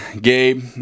Gabe